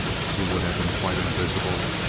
she would have been quite invisible,